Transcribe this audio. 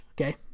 Okay